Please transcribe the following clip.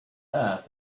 earth